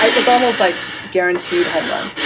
it's almost like guaranteed homerun.